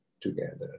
together